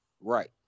Right